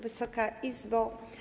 Wysoka Izbo!